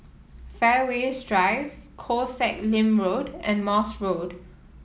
Fairways Drive Koh Sek Lim Road and Morse Road